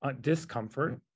discomfort